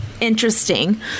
interesting